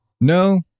No